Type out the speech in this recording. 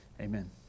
amen